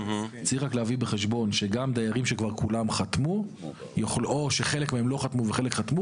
צריך להביא בחשבון שגם דיירים שכולם חתמו או שחלק מהם חתמו וחלק לא,